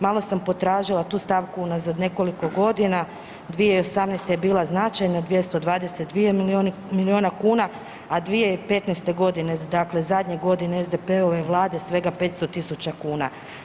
Malo sam potražila tu stavku unazad nekoliko godina, 2018. je bila značajna 222 milijuna kuna, a 2015. godine dakle zadnje godine SDP-ove vlade svega 500.000 kuna.